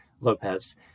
Lopez